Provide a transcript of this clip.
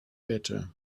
better